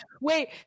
Wait